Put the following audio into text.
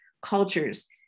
cultures